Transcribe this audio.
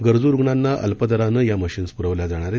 गरजू रुग्णांना अल्पदरानं या मशीन पुरवल्या जाणार आहेत